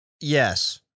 Yes